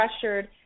pressured